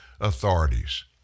authorities